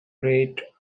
rate